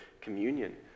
communion